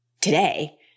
today